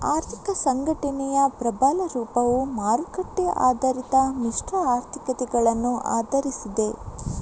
ಆರ್ಥಿಕ ಸಂಘಟನೆಯ ಪ್ರಬಲ ರೂಪವು ಮಾರುಕಟ್ಟೆ ಆಧಾರಿತ ಮಿಶ್ರ ಆರ್ಥಿಕತೆಗಳನ್ನು ಆಧರಿಸಿದೆ